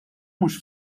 mhux